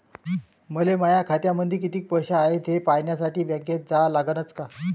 मले माया खात्यामंदी कितीक पैसा हाय थे पायन्यासाठी बँकेत जा लागनच का?